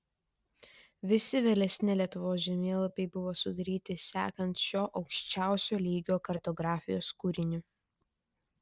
visi vėlesni lietuvos žemėlapiai buvo sudaryti sekant šiuo aukščiausio lygio kartografijos kūriniu